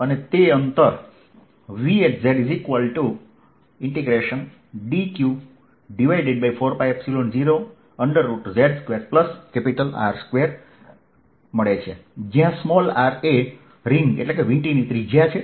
અને તે અંતર Vzdq4π0z2R2 જ્યાં r એ રીંગની ત્રિજ્યા છે